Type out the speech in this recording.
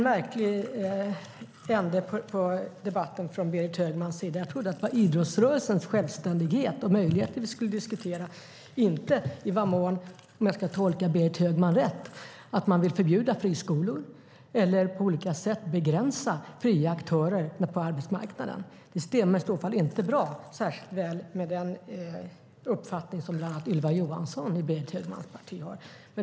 Fru talman! Det var en märklig ände på debatten från Berit Högmans sida - jag trodde att det var idrottsrörelsens självständighet och möjligheter vi skulle diskutera, inte i vilken mån man, om jag tolkar Berit Högman rätt, vill förbjuda friskolor eller på olika sätt begränsa fria aktörer på arbetsmarknaden. Det stämmer i så fall inte särskilt väl med den uppfattning som bland annat Ylva Johansson i Berit Högmans parti har.